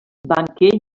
banquer